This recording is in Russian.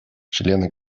члены